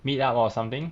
meet up or something